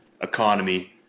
economy